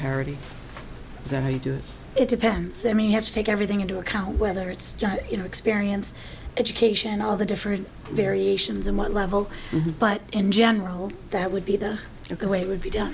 parity that you do it depends i mean you have to take everything into account whether it's just you know experience education all the different variations in one level but in general that would be the look away would be done